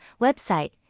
website